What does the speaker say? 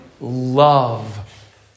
love